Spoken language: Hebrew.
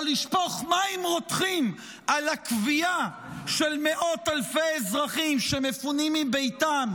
או לשפוך מים רותחים על הכווייה של מאות אלפי אזרחים שמפונים מבתיהם